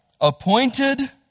appointed